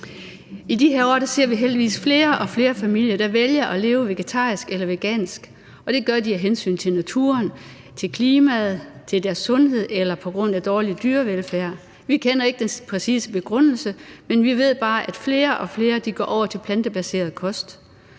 I de her år ser vi heldigvis flere og flere familier, der vælger at leve vegetarisk eller vegansk, og det gør de af hensyn til naturen, til klimaet, til deres sundhed eller på grund af dårlig dyrevelfærd. Vi kender ikke den præcise begrundelse, men vi ved bare, at flere og flere går over til plantebaseret kost.